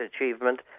achievement